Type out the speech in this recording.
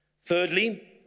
Thirdly